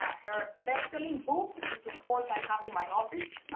her best selling book, which of course i have in my office,